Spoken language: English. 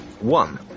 One